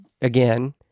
again